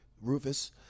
Rufus